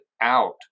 out